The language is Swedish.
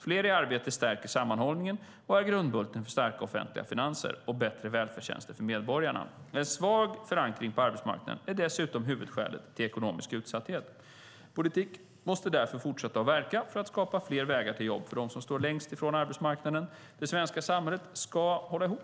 Fler i arbete stärker sammanhållningen och är grundbulten för starka offentliga finanser och bättre välfärdstjänster till medborgarna. En svag förankring på arbetsmarknaden är dessutom huvudskälet till ekonomisk utsatthet. Politiken måste därför fortsätta att verka för att skapa fler vägar till jobb för dem som står långt ifrån arbetsmarknaden. Det svenska samhället ska hålla ihop.